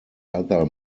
other